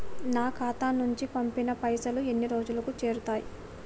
నా ఖాతా నుంచి పంపిన పైసలు ఎన్ని రోజులకు చేరుతయ్?